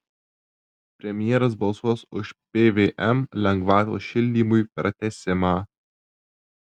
premjeras balsuos už pvm lengvatos šildymui pratęsimą